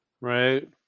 Right